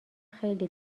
خیلی